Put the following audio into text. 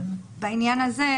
בעניין הזה,